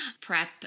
prep